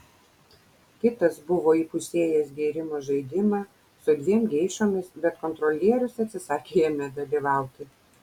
kitas buvo įpusėjęs gėrimo žaidimą su dviem geišomis bet kontrolierius atsisakė jame dalyvauti